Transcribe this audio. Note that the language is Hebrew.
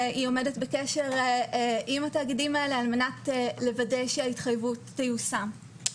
והיא עומדת בקשר עם התאגידים האלה על מנת לוודא שההתחייבות תיושם.